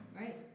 Right